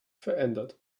verändert